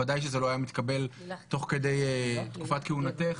ודאי שזה לא היה מתקבל תוך כדי תקופת כהונתך,